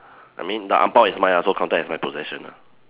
I mean the ang bao is mine ah so counted as my possession ah